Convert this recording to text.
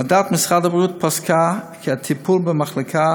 ועדת משרד הבריאות פסקה כי הטיפול במחלקה,